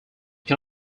can